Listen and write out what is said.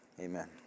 Amen